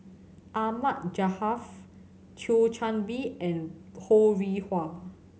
Ahmad Jaafar Thio Chan Bee and Ho Rih Hwa